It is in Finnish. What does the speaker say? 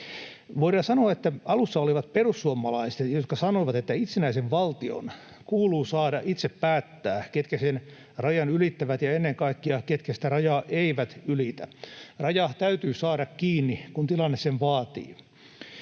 Voidaan sanoa, että alussa olivat perussuomalaiset, jotka sanoivat, että itsenäisen valtion kuuluu saada itse päättää, ketkä sen rajan ylittävät, ja ennen kaikkea, ketkä sitä rajaa eivät ylitä. Raja täytyy saada kiinni, kun tilanne sen vaatii.